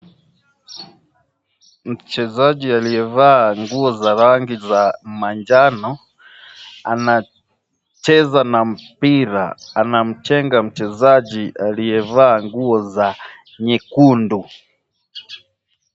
Mchezaji aliyevaa nguo za rangi za manjano anacheza na mpira. Anamchenga mchezaji aliyevaa nguo za nyekundu.